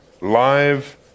Live